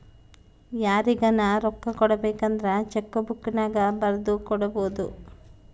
ಯಾರಿಗನ ರೊಕ್ಕ ಕೊಡಬೇಕಂದ್ರ ಚೆಕ್ಕು ಬುಕ್ಕಿನ್ಯಾಗ ಬರೆದು ಕೊಡಬೊದು